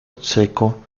seco